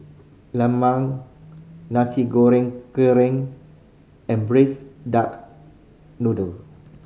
lemang Nasi Goreng Kerang and Braised Duck Noodle